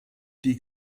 die